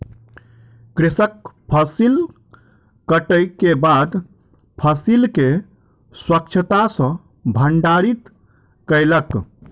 कृषक फसिल कटै के बाद फसिल के स्वच्छता सॅ भंडारित कयलक